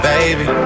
Baby